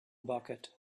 bucket